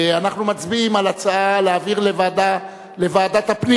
אנחנו מצביעים על ההצעה להעביר לוועדת הפנים.